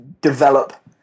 develop